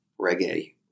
reggae